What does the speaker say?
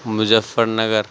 Muzaffar Nagar